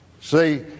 See